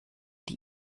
die